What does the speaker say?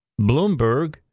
Bloomberg